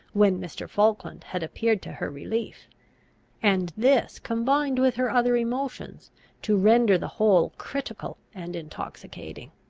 when mr. falkland had appeared to her relief and this combined with her other emotions to render the whole critical and intoxicating.